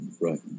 Right